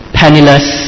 penniless